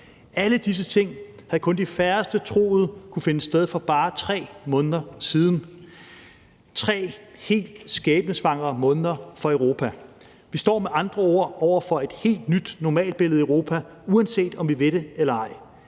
Alle disse ting havde kun de færreste troet kunnet finde sted for bare 3 måneder siden – tre helt skæbnesvangre måneder for Europa. Vi står med andre ord over for et helt nyt normalbillede i Europa, uanset om vi vil det eller ej.